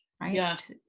Right